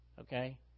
okay